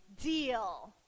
deal